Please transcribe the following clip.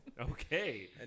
Okay